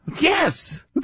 Yes